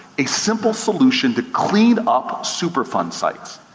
a simple solution to clean up superfund sites.